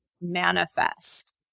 manifest